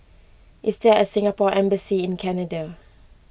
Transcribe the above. is there a Singapore Embassy in Canada